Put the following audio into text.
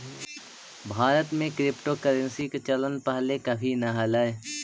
भारत में क्रिप्टोकरेंसी के चलन पहिले कभी न हलई